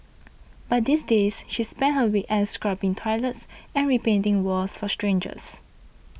but these days she spends her week ends scrubbing toilets and repainting walls for strangers